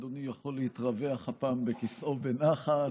אדוני יכול להתרווח בכיסאו בנחת.